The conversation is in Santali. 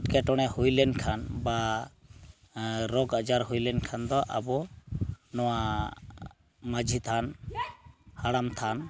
ᱮᱴᱠᱮ ᱴᱚᱬᱮ ᱦᱩᱭ ᱞᱮᱱᱠᱷᱟᱱ ᱵᱟ ᱨᱳᱜᱽᱟᱡᱟᱨ ᱦᱩᱭ ᱞᱮᱱᱠᱷᱟᱱ ᱫᱚ ᱟᱵᱚ ᱱᱚᱣᱟ ᱢᱟᱺᱡᱷᱤᱛᱷᱟᱱ ᱦᱟᱲᱟᱢ ᱛᱷᱟᱱ